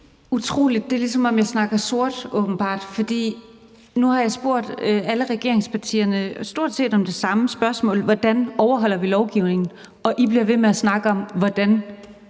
utroligt, det er åbenbart, som om jeg snakker sort. For nu har jeg stillet alle regeringspartierne stort set det samme spørgsmål om, hvordan vi overholder lovgivningen, og I bliver ved med at snakke om, hvordan